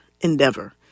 endeavor